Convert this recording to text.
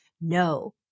no